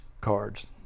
cards